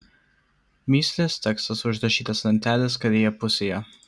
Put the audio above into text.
mįslės tekstas užrašytas lentelės kairėje pusėje